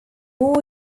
more